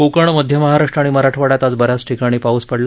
कोकण मध्य महाराष्ट्र आणि मराठवाङ्यात आज ब याच ठिकाणी पाऊस पडला